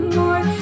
more